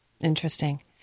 Interesting